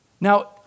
Now